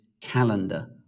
calendar